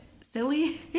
silly